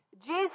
Jesus